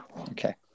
Okay